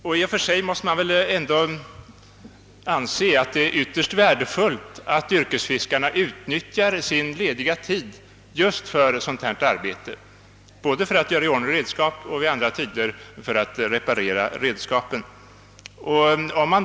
I och för sig måste man väl ändå anse att det är ytterst värdefullt att yrkesfiskarna utnyttjar sin lediga tid just för sådant här arbete — både för att göra i ordning redskap och för att reparera redskapen.